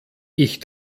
ich